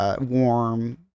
Warm